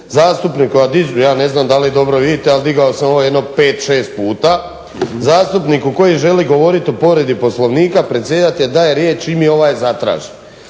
zastupniku koji želi govoriti o povredi Poslovnika predsjedatelj daje riječ čim je ovaj zatraži.